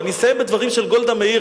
ואני אסיים בדברים של גולדה מאיר,